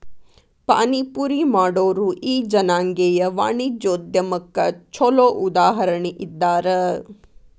ಪಾನಿಪುರಿ ಮಾಡೊರು ಈ ಜನಾಂಗೇಯ ವಾಣಿಜ್ಯೊದ್ಯಮಕ್ಕ ಛೊಲೊ ಉದಾಹರಣಿ ಇದ್ದಾರ